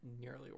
nearly